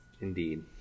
Indeed